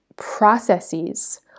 processes